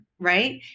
Right